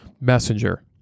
messenger